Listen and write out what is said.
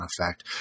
effect